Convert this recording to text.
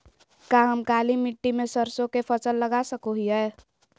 का हम काली मिट्टी में सरसों के फसल लगा सको हीयय?